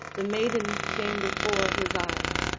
the maiden came before his eyes,